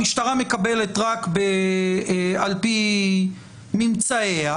המשטרה מקבלת רק על פי ממצאיה?